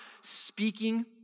speaking